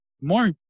more